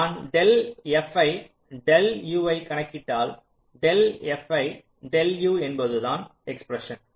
நான் del fi del u ஐ ஐ கணக்கிட்டால் டெல் fi டெல் u என்பதுதான் எஸ்பிரஸன்